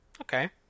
Okay